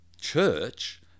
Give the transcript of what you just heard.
church